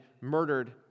murdered